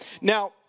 Now